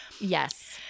Yes